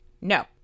No